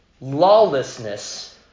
lawlessness